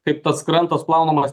kaip tas krantas plaunamas